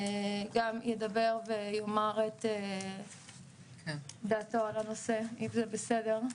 גם ידבר ויאמר את דעתו על הנושא, אם זה בסדר.